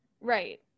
Right